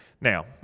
Now